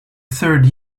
third